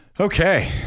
Okay